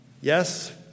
yes